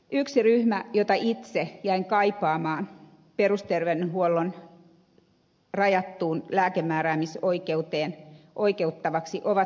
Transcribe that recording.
yksi ryhmä jota itse jäin kaipaamaan perusterveydenhuollon rajattuun lääkemääräämisoikeuteen oikeuttavaksi ovat fysioterapeutit